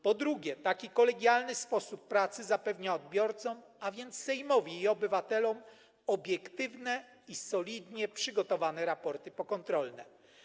Po drugie, taki kolegialny sposób pracy zapewnia odbiorcom, a więc Sejmowi i obywatelom, obiektywne i solidnie przygotowane raporty pokontrolne.